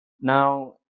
Now